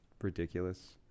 ridiculous